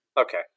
Okay